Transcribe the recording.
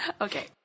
Okay